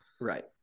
Right